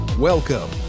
Welcome